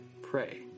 pray